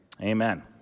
amen